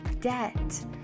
debt